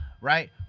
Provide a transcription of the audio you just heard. right